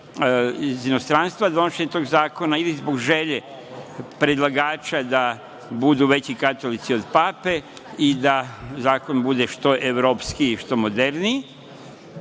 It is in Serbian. iz inostranstva donošenje tog zakona, ili zbog želje predlagača da budu veći katolici od pape, i da zakon bude što evropskiji, što moderniji,